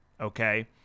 okay